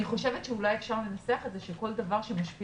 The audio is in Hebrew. אני חושבת שאולי אפשר לנסח את זה כך שכל דבר שמשפיע